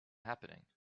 happening